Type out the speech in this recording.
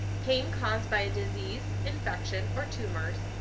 pain caused by a disease, infection, or tumors,